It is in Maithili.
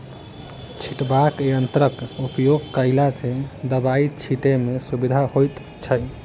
छिटबाक यंत्रक उपयोग कयला सॅ दबाई छिटै मे सुविधा होइत छै